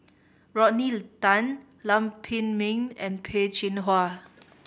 Rodney Tan Lam Pin Min and Peh Chin Hua